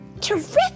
Terrific